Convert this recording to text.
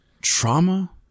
trauma